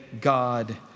God